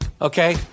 Okay